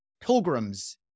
pilgrims